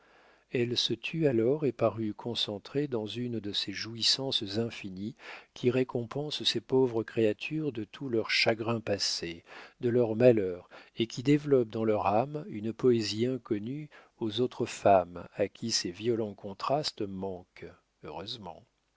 elle se tut alors et parut concentrée dans une de ces jouissances infinies qui récompensent ces pauvres créatures de tous leurs chagrins passés de leurs malheurs et qui développent dans leur âme une poésie inconnue aux autres femmes à qui ces violents contrastes manquent heureusement